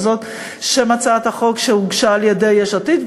שזה שם הצעת החוק שהוגשה על-ידי יש עתיד,